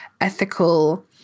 ethical